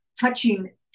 touching